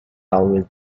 always